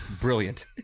Brilliant